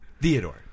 Theodore